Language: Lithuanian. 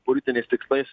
politiniais tikslais